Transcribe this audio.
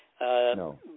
No